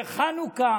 חנוכה